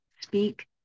speak